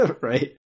Right